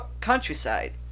countryside